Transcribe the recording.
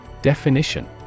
Definition